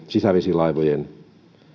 sisävesilaivojen